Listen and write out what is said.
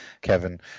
kevin